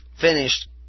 finished